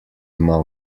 ima